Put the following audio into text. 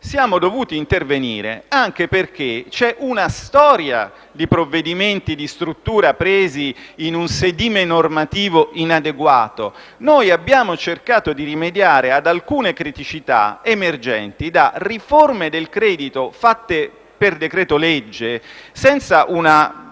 siamo dovuti intervenire anche perché c'è una storia di provvedimenti di struttura presi in un sedime normativo inadeguato. Noi abbiamo cercato di rimediare ad alcune criticità emergenti da riforme del credito fatte per decreto-legge, senza una